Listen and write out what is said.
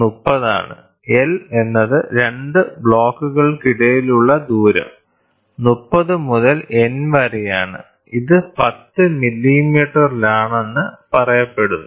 L 30 ആണ് L എന്നത് 2 ബ്ലോക്കുകൾക്കിടയിലുള്ള ദൂരം 30 മുതൽ n വരെയാണ് ഇത് 10 മില്ലിമീറ്ററിലാണെന്ന് പറയപ്പെടുന്നു